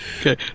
Okay